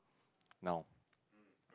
now